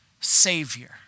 Savior